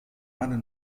eine